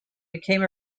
became